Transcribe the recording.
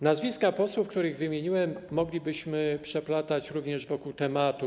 Nazwiska posłów, które wymieniłem, moglibyśmy przeplatać również wokół tematu.